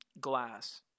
Glass